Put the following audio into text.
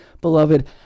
Beloved